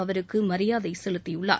அவருக்கு மரியாதை செலுத்தியுள்ளார்